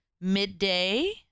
midday